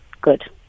good